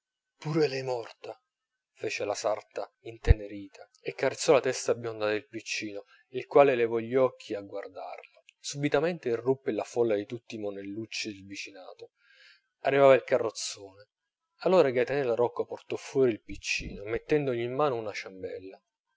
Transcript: pure lei morta fece la sarta intenerita e carezzò la testa bionda del piccino il quale levò gli occhi a guardarla subitamente irruppe la folla di tutti i monellucci del vicinato arrivava il carrozzone allora gaetanella rocco portò fuori il piccino mettendogli in mano una ciambella